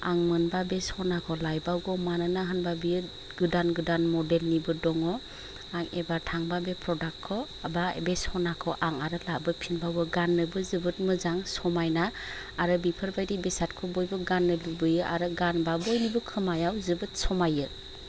आं मोनबा बे सनाखौ लायबावगौ मानोना होनबा बियो गोदान गोदान मडेलनिबो दङ आं एबार थांबा बे प्रदाक्टखौ एबा बे सनाखौ आं आरो लाबोफिनबावगोन गान्नोबो जोबोद मोजां समायना आरो बेफोरबायदि बेसादखौ बयबो गान्नो लुबैयो आरो गानबा बयनिबो खोमायाव जोबोद समायो